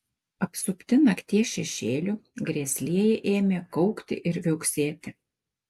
apsupti nakties šešėlių grėslieji ėmė kaukti ir viauksėti